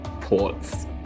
ports